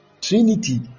Trinity